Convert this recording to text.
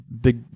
big